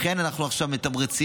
לכן אנחנו עכשיו מתמרצים,